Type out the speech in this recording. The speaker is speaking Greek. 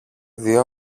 δυο